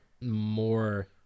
more